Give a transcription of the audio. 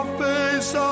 face